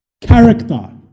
character